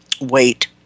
wait